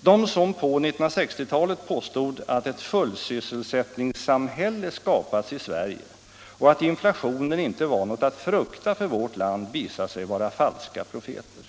De som på 1960-talet påstod att ett ”fullsysselsättningssamhälle” skapats i Sverige och att inflationen inte var något att frukta för vårt land visade sig vara falska profeter.